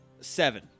Seven